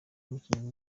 umukinnyi